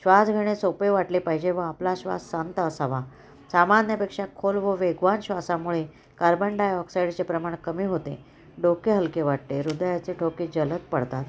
श्वास घेणे सोपे वाटले पाहिजे व आपला श्वास शांत असावा सामान्यपेक्षा खोल व वेगवान श्वासामुळे कार्बन डायऑक्साईडचे प्रमाण कमी होते डोके हलके वाटते हृदयाचे ठोके जलद पडतात